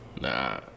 Nah